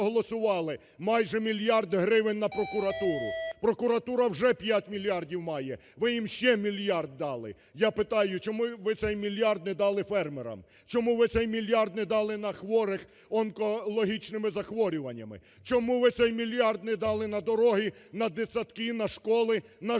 майже мільярд гривень на прокуратуру. Прокуратура вже 5 мільярдів має, ви їм ще мільярд дали. Я питаю: чому ви цей мільярд не дали фермерам? Чому ви цей мільярд не дали на хворих онкологічними захворюваннями? Чому ви цей мільярд не дали на дороги, на дитсадки, на школи, на житло